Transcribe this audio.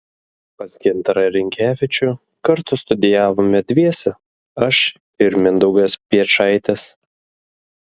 pas gintarą rinkevičių kartu studijavome dviese aš ir mindaugas piečaitis